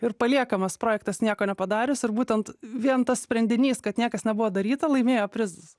ir paliekamas projektas nieko nepadarius ir būtent vien tas sprendinys kad niekas nebuvo daryta laimėjo prizus